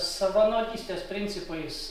savanorystės principais